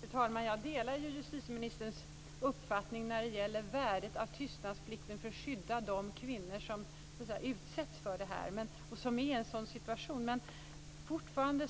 Fru talman! Jag delar justitieministerns uppfattning när det gäller värdet av tystnadsplikten för att skydda de kvinnor som utsätts för detta. Men fortfarande